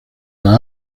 las